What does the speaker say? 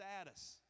status